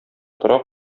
тора